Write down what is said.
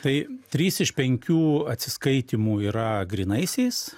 tai trys iš penkių atsiskaitymų yra grynaisiais